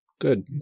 good